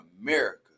America